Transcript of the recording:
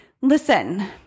Listen